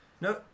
No